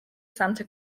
santa